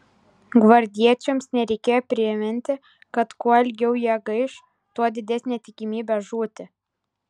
gvardiečiams nereikėjo priminti kad kuo ilgiau jie gaiš tuo didesnė tikimybė žūti